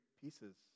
pieces